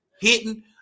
hitting